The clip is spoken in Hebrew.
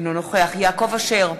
אינו נוכח יעקב אשר,